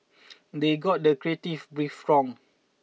they got the creative brief wrong